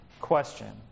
question